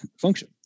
function